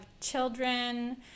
children